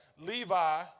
Levi